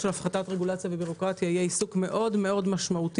יבוא לחקלאות ולכן נעסוק בייעול תהליכי העבודה